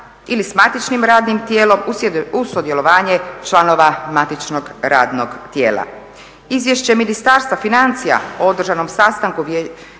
ili s matičnim radnim tijelom, uz sudjelovanje članova matičnog radnog tijela. Izvješće Ministarstva financija o održanom sastanku